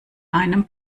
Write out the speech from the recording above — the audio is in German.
einem